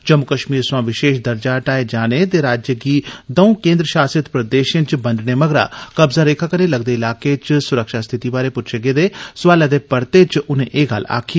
जम्मू कश्मीर सोया विशेष दर्जा परताए जाने ते राज्य गी दंऊ केन्द्र शासित प्रदेशें च बंडने मगरा कब्जा रेखा कन्नै लगदे इलाके च सुरक्षा स्थिति बारै पुच्छे गेदे सोआले दे परते च उनें एह गल्ल आक्खी